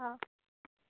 हा